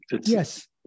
Yes